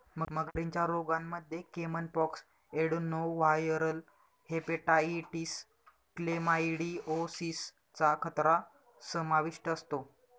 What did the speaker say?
मगरींच्या रोगांमध्ये caiman pox, adenoviral hepatitis, chlamydiosis चा खतरा समाविष्ट असतो